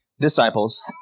disciples